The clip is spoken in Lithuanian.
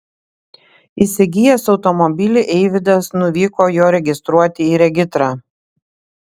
įsigijęs automobilį eivydas nuvyko jo registruoti į regitrą